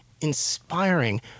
inspiring